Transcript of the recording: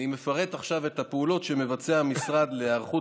אני מפרט את הפעולות שמבצע המשרד להיערכות